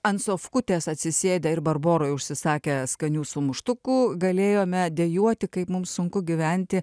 ant sofkutės atsisėdę ir barboroj užsisakę skanių sumuštukų galėjome dejuoti kaip mum sunku gyventi